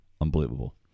Unbelievable